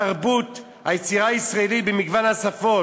את התרבות והיצירה הישראלית במגוון השפות.